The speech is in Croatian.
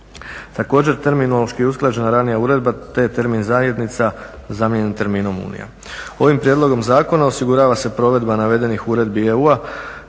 Također, terminološki usklađena ranija uredba, te termin zajednica zamijenjen je terminom unija. Ovim prijedlogom zakona osigurava se provedba navedenih uredbi EU